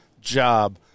job